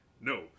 No